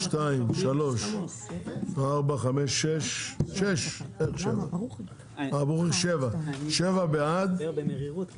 15:10. הרביזיה היא על הצבעה על החוק והסתייגויות.